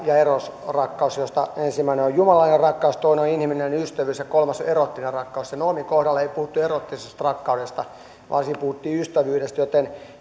ja eros rakkaus joista ensimmäinen on on jumalainen rakkaus toinen on inhimillinen ystävyys ja kolmas on eroottinen rakkaus noomin kohdalla ei puhuttu eroottisesta rakkaudesta vaan siinä puhuttiin ystävyydestä joten